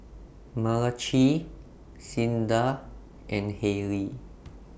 Malachi Cinda and Haylie